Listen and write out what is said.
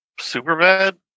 Superbad